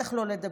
בטח לא לדבר,